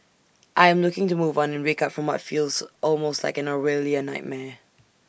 I am looking to move on and wake up from my feels almost like an Orwellian nightmare